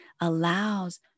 allows